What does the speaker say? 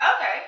Okay